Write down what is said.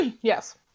Yes